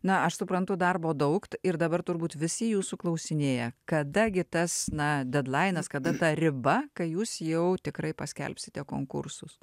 na aš suprantu darbo daug ir dabar turbūt visi jūsų klausinėja kada gi tas na dedlainas kada ta riba kai jūs jau tikrai paskelbsite konkursus